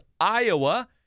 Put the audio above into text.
Iowa